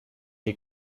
est